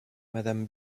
madame